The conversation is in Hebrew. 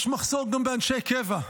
יש מחסור גם באנשי קבע,